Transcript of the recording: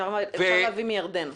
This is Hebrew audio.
אפשר להביא מירדן.